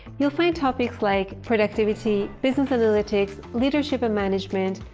you'll find topics like productivity, business analytics, leadership and management,